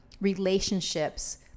Relationships